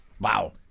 wow